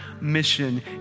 mission